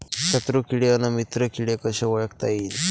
शत्रु किडे अन मित्र किडे कसे ओळखता येईन?